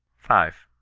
five.